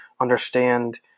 understand